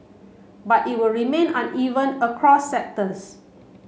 but it will remain uneven across sectors